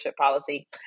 policy